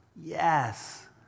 yes